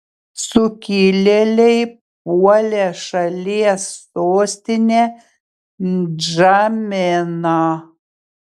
sukilėliai puolė šalies sostinę ndžameną